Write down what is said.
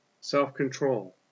self-control